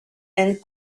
and